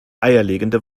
eierlegende